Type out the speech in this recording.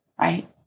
right